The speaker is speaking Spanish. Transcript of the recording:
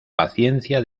paciencia